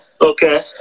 Okay